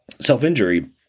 self-injury